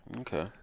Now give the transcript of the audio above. okay